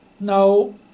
Now